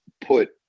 put